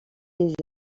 des